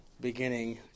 beginning